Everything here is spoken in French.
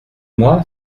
moi